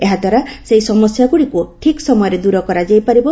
ଏହାଦ୍ୱାରା ସେହି ସମସ୍ୟାଗୁଡ଼ିକୁ ଠିକ୍ ସମୟରେ ଦୂର କରାଯାଇ ପାରିବ